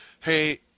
hey